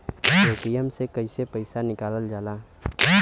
Paytm से कैसे पैसा निकलल जाला?